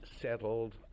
settled